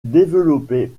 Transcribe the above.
développé